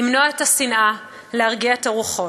למנוע את השנאה, להרגיע את הרוחות.